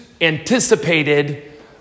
anticipated